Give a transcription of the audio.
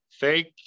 Thank